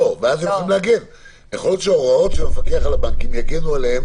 יכול להיות שהוראות המפקח על הבנקים יגנו עליהם